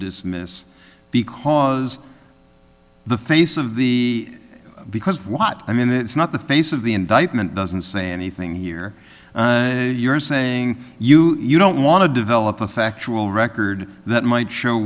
dismiss because the face of the because what i mean it's not the face of the indictment doesn't say anything here you're saying you you don't want to develop a factual record that might show